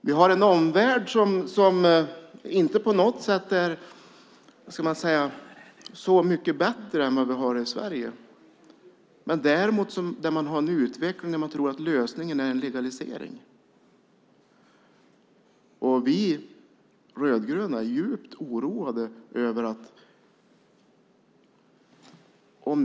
Vi har en omvärld som inte på något sätt är så mycket bättre än Sverige. Däremot har man där en utveckling där man tror att lösningen är en legalisering. Vi rödgröna är djupt oroade över detta.